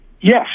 Yes